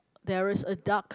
there is a duck